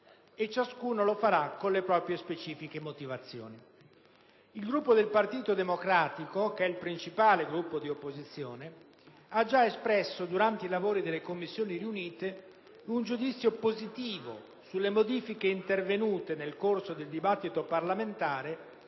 E ciascuno lo farà sulla base delle proprie specifiche motivazioni. Il Gruppo del Partito Democratico, principale Gruppo di opposizione, ha già espresso, durante i lavori delle Commissioni riunite, un giudizio positivo sulle modifiche intervenute nel corso del dibattito parlamentare